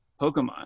Pokemon